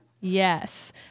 Yes